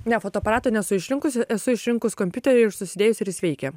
ne fotoaparato nesu išrinkusi esu išrinkus kompiuterį ir susidėjus ir jis veikė